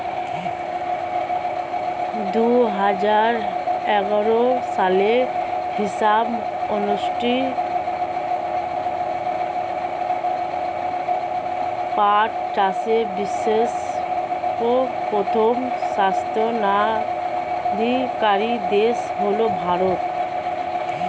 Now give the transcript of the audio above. দুহাজার এগারো সালের হিসাব অনুযায়ী পাট চাষে বিশ্বে প্রথম স্থানাধিকারী দেশ হল ভারত